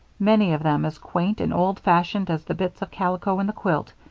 many of them as quaint and old-fashioned as the bits of calico in the quilts,